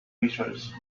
razors